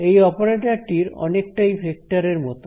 এই অপারেটরটি অনেকটাই ভেক্টরের মত